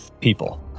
people